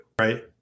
right